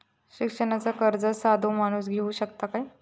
शिक्षणाचा कर्ज साधो माणूस घेऊ शकता काय?